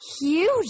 huge